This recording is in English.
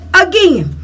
again